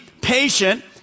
patient